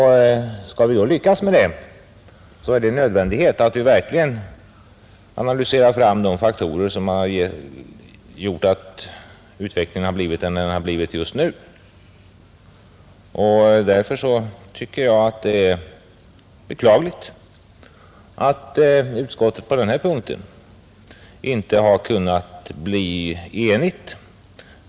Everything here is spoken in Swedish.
Skall vi lyckas med det är det en nödvändighet att vi analyserar fram de faktorer som gjort att utvecklingen blivit vad den är just nu. Därför tycker jag att det är beklagligt att utskottet på den här punkten inte har kunnat bli enigt.